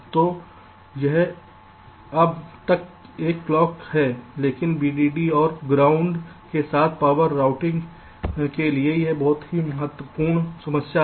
तो यह अब तक एक क्लॉक है लेकिन वीडी और ग्राउंड के साथ पावर रूटिंग के लिए यह भी एक बहुत महत्वपूर्ण समस्या है